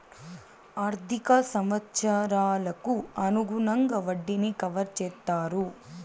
ఆర్థిక సంవత్సరాలకు అనుగుణంగా వడ్డీని కవర్ చేత్తారు